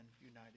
united